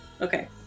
Okay